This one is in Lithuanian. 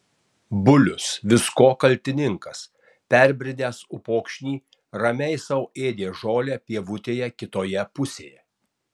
bulius visko kaltininkas perbridęs upokšnį ramiai sau ėdė žolę pievutėje kitoje pusėje